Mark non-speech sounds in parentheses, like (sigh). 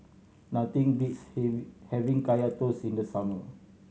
nothing beats (unintelligible) having Kaya Toast in the summer